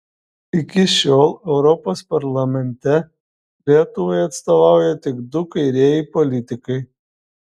iki šiol europos parlamente lietuvai atstovauja tik du kairieji politikai